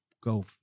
go